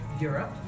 Europe